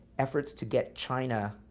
efforts to get china,